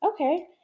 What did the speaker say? Okay